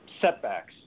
setbacks